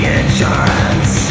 insurance